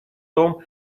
том